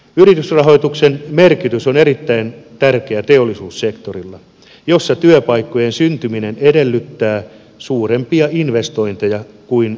yritysrahoituksen merkitys on erittäin tärkeä teollisuussektorilla jossa työpaikkojen syntyminen edellyttää suurempia investointeja kuin muilla toimialoilla